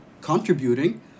contributing